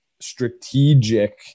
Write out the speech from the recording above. strategic